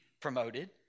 promoted